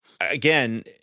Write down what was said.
again